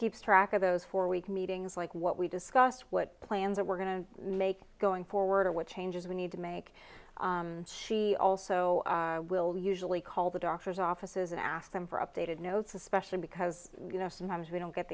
keeps track of those four week meetings like what we discussed what plans were going to make going forward or what changes we need to make she also will usually call the doctors offices and ask them for updated notes especially because you know sometimes we don't get